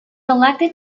elected